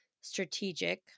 strategic